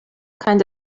kind